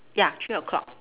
ya three o-clock